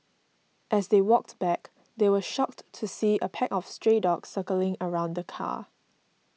as they walked back they were shocked to see a pack of stray dogs circling around the car